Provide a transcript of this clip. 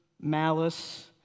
malice